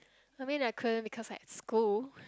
I mean I couldn't because I had school